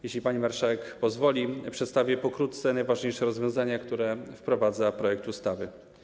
Jeśli pani marszałek pozwoli, przedstawię pokrótce najważniejsze rozwiązania, które wprowadza projekt ustawy.